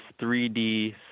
3D